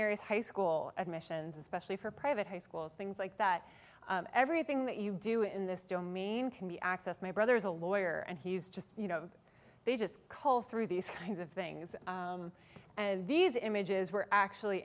areas high school admissions especially for private high schools things like that everything that you do in this domain can be accessed my brother is a lawyer and he's just you know they just cull through these kinds of things and these images were actually